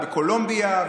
ובקולומביה,